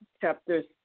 chapters